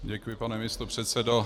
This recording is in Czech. Děkuji, pane místopředsedo.